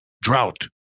Drought